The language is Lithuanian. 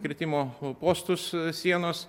kirtimo postus sienos